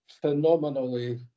phenomenally